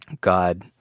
God